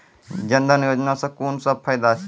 जनधन योजना सॅ कून सब फायदा छै?